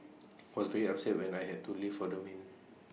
was very upset when I had to leave for the main